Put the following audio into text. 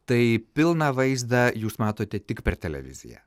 tai pilną vaizdą jūs matote tik per televiziją